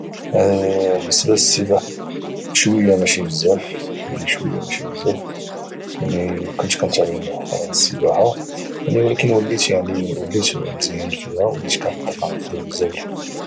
بالنسبه للسباحه شويه ماشي بزاف يعني شويه ماشي بزاف يعني كنت كانتعلم مؤخرا للسباحه ولكن يعني وليت مزيان فيها وليت كانقدر نعرف ندير بزاف الحوايج